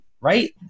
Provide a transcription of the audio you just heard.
Right